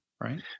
right